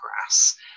grass